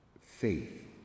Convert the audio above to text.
faith